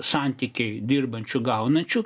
santykiai dirbančių gaunančių